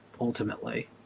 ultimately